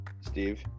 Steve